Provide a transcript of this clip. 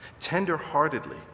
tenderheartedly